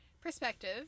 perspective